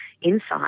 insight